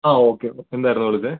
ആ ഓക്കെ എന്തായിരുന്നു വിളിച്ചത്